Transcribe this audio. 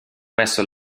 messo